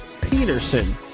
peterson